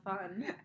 fun